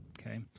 okay